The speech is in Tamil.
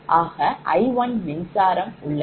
ஆக I1 மின்சாரம் உள்ளது